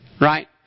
Right